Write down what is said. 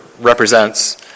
represents